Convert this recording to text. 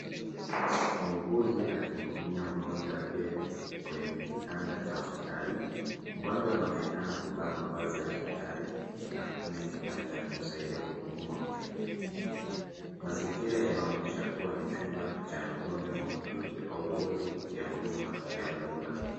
Muuguzi akimhudumia mgonjwa aliye kwenye kitanda cha hopsitali, mgonjwa anaonekana kuvaa mavazi ya hospitali na kutumia kifaa cha kumsaidia kupumua. Mazingira yanaonyesha kuwa ni chumba cha wagonjwa maututi au wodi ya huduma ya dharura.